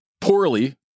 poorly